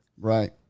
Right